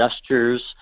gestures